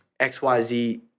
XYZ